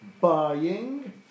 buying